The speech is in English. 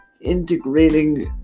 integrating